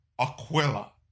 Aquila